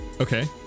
okay